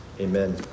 amen